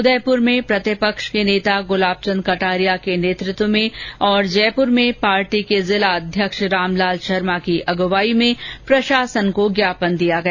उदयपुर में प्रतिपक्ष के नेता गुलाब चन्द कटारिया के नेतृत्व में और जयपुर में पार्टी के जिला अध्यक्ष रामलाल शर्मा की अगुवाई में प्रशासन को ज्ञापन दिया गया